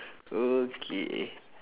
okay